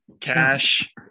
cash